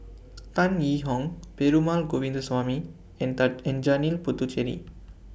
Tan Yee Hong Perumal Govindaswamy and and Janil Puthucheary